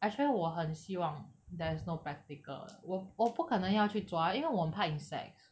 actually 我很希望 there is no practical 我我不可能要去抓因为我怕 insects